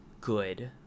good